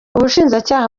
ubushinjacyaha